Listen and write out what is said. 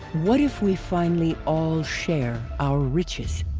what if we finally all share our riches?